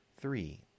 three